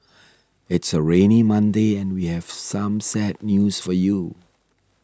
it's a rainy Monday and we have some sad news for you